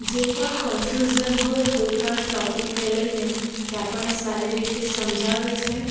જે પણ કોન્ફ્યુઝન હોય કોઈપણ ટોપિકને લઈને તે આપણને સારી રીતે સમજાવે છે